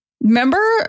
Remember